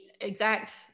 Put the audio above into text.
exact